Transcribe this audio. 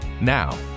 Now